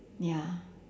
ya